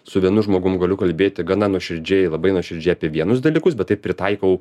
su vienu žmogum galiu kalbėti gana nuoširdžiai labai nuoširdžiai apie vienus dalykus bet taip pritaikau